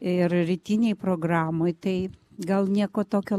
ir rytinėj programoj tai gal nieko tokio